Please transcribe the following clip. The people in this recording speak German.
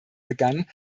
begann